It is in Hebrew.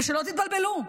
שלא תתבלבלו,